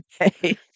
Okay